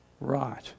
right